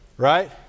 Right